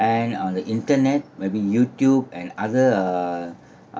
and on the internet maybe youtube and other err